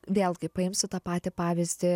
vėlgi paimsiu tą patį pavyzdį